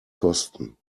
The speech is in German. kosten